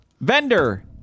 Vendor